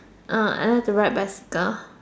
uh I like to ride bicycle